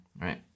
Right